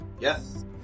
Yes